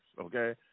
okay